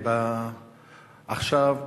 עכשיו,